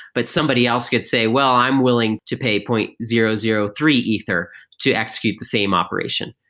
but somebody else could say, well, i'm willing to pay point zero zero three ether to execute the same operation.